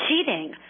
cheating